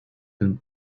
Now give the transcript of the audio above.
been